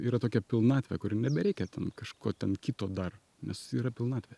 yra tokia pilnatvė kur nebereikia ten kažko ten kito dar nes yra pilnatvė